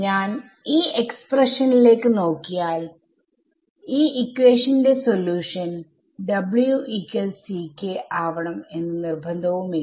ഞാൻ ഈ എക്സ്പ്രഷനിലേക്ക് നോക്കിയാൽഈ ഇക്വേഷന്റെ സൊല്യൂഷൻ ആവണം എന്ന് നിർബന്ധവും ഇല്ല